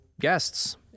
guests